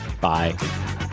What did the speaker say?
Bye